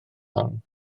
hon